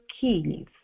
keys